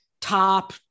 top